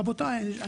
רבותיי,